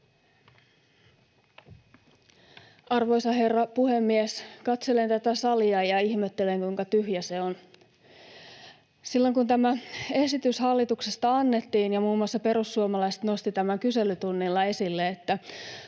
Arvoisa herra puhemies! Katselen tätä salia ja ihmettelen, kuinka tyhjä se on. Silloin, kun tämä esitys hallituksesta annettiin ja muun muassa perussuomalaiset nostivat kyselytunnilla esille, että